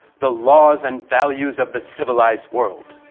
the laws and values of the civilized world.